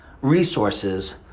resources